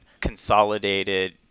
consolidated